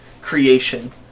creation